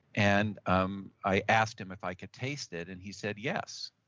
and um i asked him if i could taste it. and he said yes.